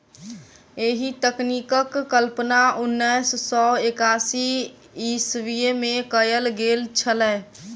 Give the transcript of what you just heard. एहि तकनीकक कल्पना उन्नैस सौ एकासी ईस्वीमे कयल गेल छलै